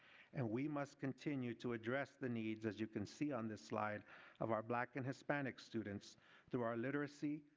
and we must continue to address the needs as you can see on this slide of our black and hispanic students through our literacy,